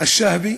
א-שאהבי,